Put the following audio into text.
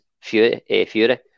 Fury